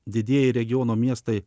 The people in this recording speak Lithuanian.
didieji regiono miestai